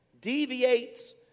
Deviates